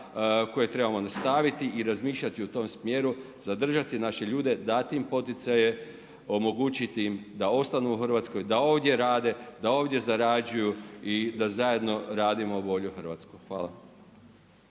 koje trebamo nastaviti i razmišljati u tom smjeru, zadržati naše ljude, dati im poticaje, omogućiti im da ostanu u Hrvatskoj, da ovdje rade, da ovdje zarađuju i da zajedno radimo bolju Hrvatsku. Hvala.